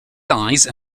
size